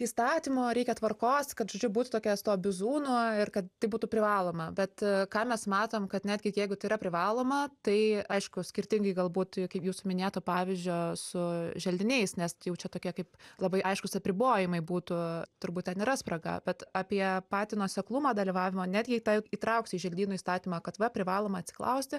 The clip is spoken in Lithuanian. įstatymo reikia tvarkos kad žodžiu būtų tokia su tuo bizūnu ir kad tai būtų privaloma bet ką mes matom kad netgi jeigu tai yra privaloma tai aišku skirtingai galbūt jau kaip jūsų minėto pavyzdžio su želdiniais nes tai jau čia tokie kaip labai aiškūs apribojimai būtų turbūt ten yra spraga bet apie patį nuoseklumą dalyvavimo net jei tą įtrauksi į želdynų įstatymą kad va privaloma atsiklausti